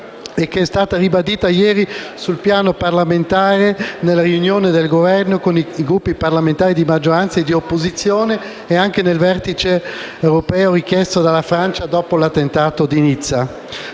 e che è stata ribadita ieri sul piano parlamentare nella riunione del Governo con i Gruppi parlamentari di maggioranza e opposizione e nel vertice europeo richiesto dalla Francia dopo l'attentato di Nizza.